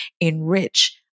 enrich